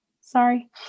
sorry